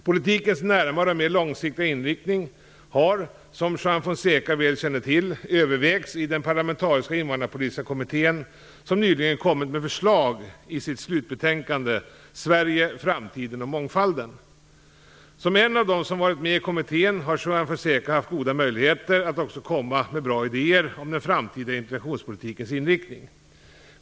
Politikens närmare och mer långsiktiga inriktning har, som Juan Fonseca väl känner till, övervägts i den parlamentariska invandrarpolitiska kommittén, som nyligen kommit med förslag i sitt slutbetänkande Sverige, framtiden och mångfalden . Som en av dem som varit med i kommittén har Juan Fonseca haft goda möjligheter att också komma med bra idéer om den framtida integrationspolitikens inriktning.